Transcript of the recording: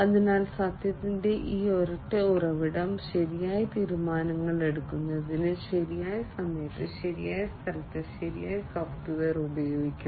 അതിനാൽ സത്യത്തിന്റെ ഈ ഒരൊറ്റ ഉറവിടം ശരിയായ തീരുമാനങ്ങൾ എടുക്കുന്നതിന് ശരിയായ സമയത്ത് ശരിയായ സ്ഥലത്ത് ശരിയായ സോഫ്റ്റ്വെയർ ഉപയോഗിക്കണം